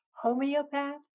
homeopath